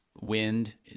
wind